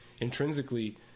intrinsically